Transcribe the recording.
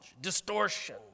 distortion